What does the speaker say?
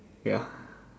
ya